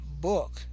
book